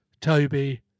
Toby